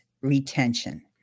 retention